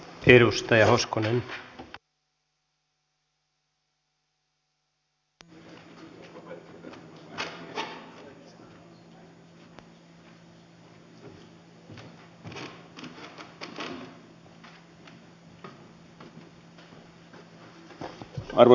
arvoisa rouva puhemies